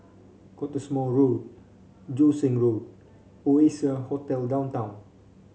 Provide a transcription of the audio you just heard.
Cottesmore Road Joo Seng Road Oasia Hotel Downtown